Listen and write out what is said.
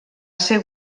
ser